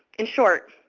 in short,